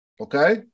Okay